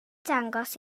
dangos